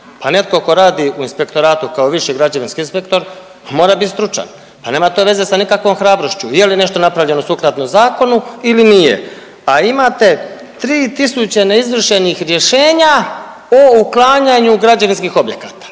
Pa netko tko radi u Inspektoratu kao viši građevinski inspektor, pa mora biti stručan, pa nema to veze sa nikakvom hrabrošću, je li nešto napravljeno sukladno zakonu ili nije. A imate 3000 neizvršenih rješenja o otklanjanju građevinskih objekata.